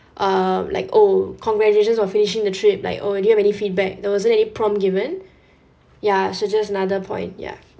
um like oh congratulations for finishing the trip like oh do you have any feedback there wasn't any prompt given ya so just another point ya